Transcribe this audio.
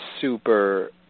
super